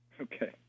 Okay